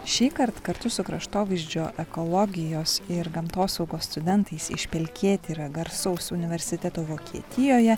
šįkart kartu su kraštovaizdžio ekologijos ir gamtosaugos studentais iš pelkėtyra garsaus universiteto vokietijoje